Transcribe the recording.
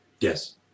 Yes